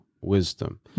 wisdom